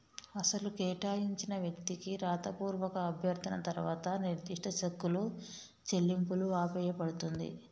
అసలు కేటాయించిన వ్యక్తికి రాతపూర్వక అభ్యర్థన తర్వాత నిర్దిష్ట సెక్కులు చెల్లింపులు ఆపేయబడుతుంది